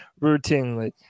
routinely